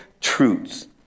truths